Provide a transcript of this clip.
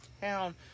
town